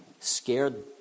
Scared